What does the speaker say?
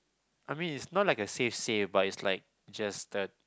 I mean is not like a safe safe but is like just a